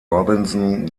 robinson